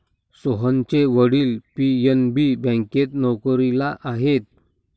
सोहनचे वडील पी.एन.बी बँकेत नोकरीला आहेत